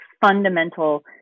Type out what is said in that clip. fundamental